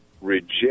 reject